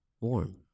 Warm